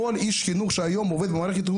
כל איש חינוך שהיום עובד במערכת החינוך